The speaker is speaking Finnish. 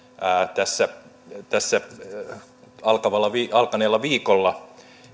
tässä tässä alkaneella viikolla